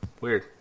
Weird